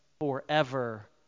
forever